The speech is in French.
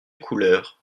couleur